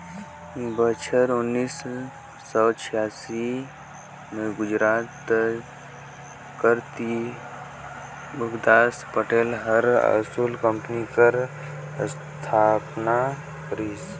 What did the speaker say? बछर उन्नीस सव छियालीस में गुजरात कर तिरभुवनदास पटेल हर अमूल कंपनी कर अस्थापना करिस